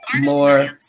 more